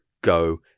go